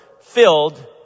filled